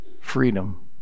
freedom